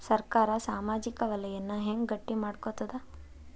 ಸರ್ಕಾರಾ ಸಾಮಾಜಿಕ ವಲಯನ್ನ ಹೆಂಗ್ ಗಟ್ಟಿ ಮಾಡ್ಕೋತದ?